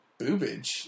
boobage